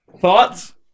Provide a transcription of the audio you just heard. thoughts